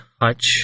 Hutch